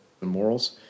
morals